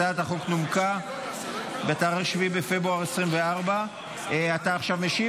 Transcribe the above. הצעת החוק נומקה בתאריך 7 בפברואר 2024. אתה עכשיו משיב,